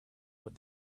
what